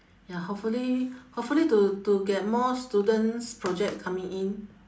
ya hopefully hopefully to to get more students project coming in